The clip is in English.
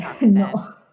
No